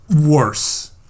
worse